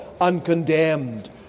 uncondemned